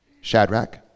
Shadrach